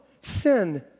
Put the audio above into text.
Sin